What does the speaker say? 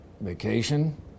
Vacation